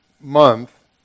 month